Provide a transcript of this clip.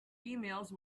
emails